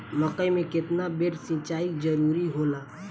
मकई मे केतना बेर सीचाई जरूरी होला?